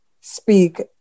speak